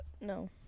No